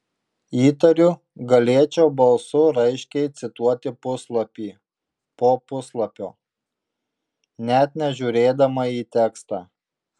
įtariu galėčiau balsu raiškiai cituoti puslapį po puslapio net nežiūrėdama į tekstą